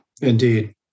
Indeed